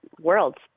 worlds